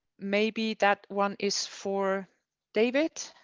maybe that one is for david.